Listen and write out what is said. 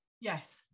Yes